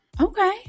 Okay